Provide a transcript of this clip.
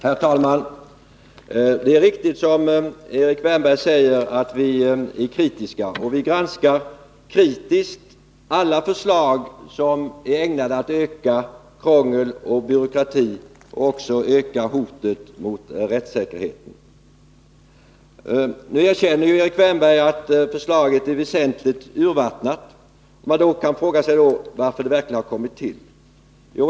Herr talman! Det är riktigt som Erik Wärnberg säger att vi är kritiska. Vi granskar kritiskt alla förslag, som är ägnade att öka krångel och byråkrati samt hotet mot rättssäkerheten. Erik Wärnberg erkänner att förslaget är väsentligt urvattnat. Man kan då fråga sig varför det har kommit till.